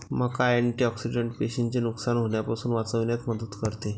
मका अँटिऑक्सिडेंट पेशींचे नुकसान होण्यापासून वाचविण्यात मदत करते